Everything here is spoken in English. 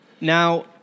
Now